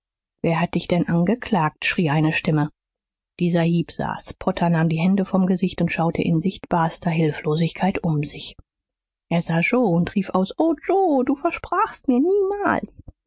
wer hat dich denn angeklagt schrie eine stimme dieser hieb saß potter nahm die hände vom gesicht und schaute in sichtbarster hilflosigkeit um sich er sah joe und rief aus o joe du versprachst mir niemals